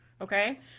Okay